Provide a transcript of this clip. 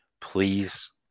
please